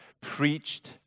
preached